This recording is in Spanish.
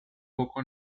poco